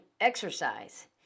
exercise